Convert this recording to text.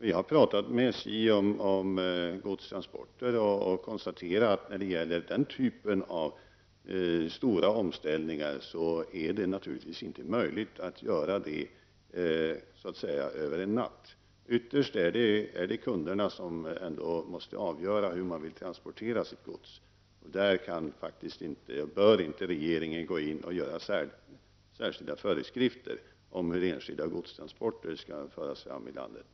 Vi har från regeringen talat med SJ om godstransporter och har då kunnat konstatera att det naturligtvis inte är möjligt att göra den typen av stora omställningar över en natt. Ytterst är det kunderna som måste avgöra hur de vill transportera sitt gods. Regeringen kan inte, och bör inte, utfärda särskilda föreskrifter om hur enskilda godstransporter skall ske i landet.